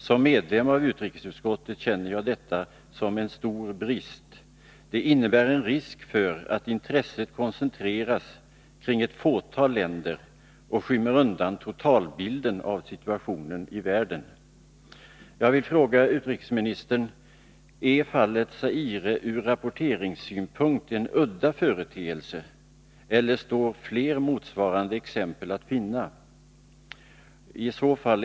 Som medlem av utrikesutskottet känner jag detta som en stor brist. Det innebär en risk för att intresset koncentreras kring ett fåtal länder och skymmer undan totalbilden av situationen i världen. Jag vill fråga utrikesministern: Är fallet Zaire ur rapporteringssynpunkt en udda företeelse eller står fler motsvarande exempel att finna?